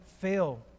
fail